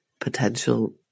potential